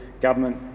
government